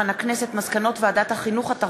הדוחות הכספיים שלה לידיעת הציבור?